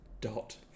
Dot